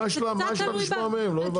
מה יש לך לשמוע מהם לא הבנתי?